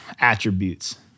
attributes